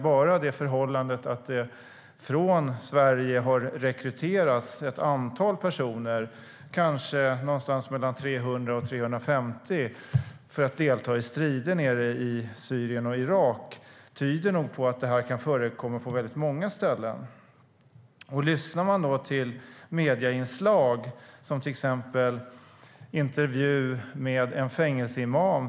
Bara det förhållandet att det från Sverige har rekryterats ett antal personer, kanske någonstans mellan 300 och 350, för att delta i strider nere i Syrien och Irak tyder nog på att det här kan förekomma på väldigt många ställen. Man kan lyssna på medieinslag, till exempel intervjun med en fängelseimam.